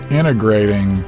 integrating